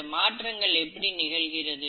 இந்த மாற்றங்கள் எப்படி நிகழ்கிறது